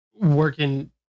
working